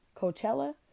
Coachella